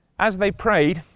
as they prayed,